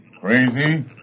crazy